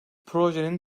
projenin